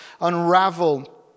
unravel